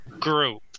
group